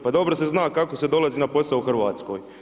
Pa dobro se zna kako se dolazi na posao u Hrvatskoj.